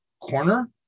corner